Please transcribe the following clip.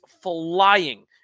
flying